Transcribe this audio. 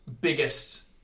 biggest